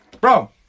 Bro